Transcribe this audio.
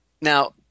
Now